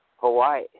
Hawaii